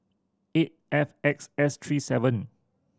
eight F X S three seven